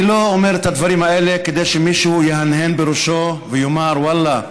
אני לא אומר את הדברים האלה כדי שמישהו יהנהן בראשו ויאמר: ואללה,